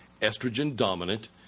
estrogen-dominant